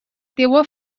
teua